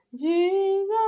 Jesus